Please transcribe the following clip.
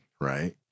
right